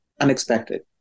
unexpected